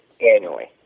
annually